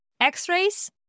x-rays